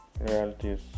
realities